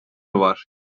var